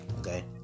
Okay